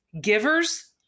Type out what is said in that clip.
givers